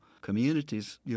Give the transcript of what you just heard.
communities